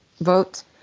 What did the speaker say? vote